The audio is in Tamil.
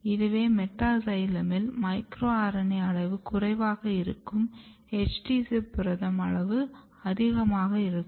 இதுவே மெட்டாசைலமில் மைக்ரோ RNA அளவு குறைவாகவும் HD ZIP புரதம் அளவு அதிகமாகவும் இருக்கும்